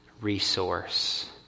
resource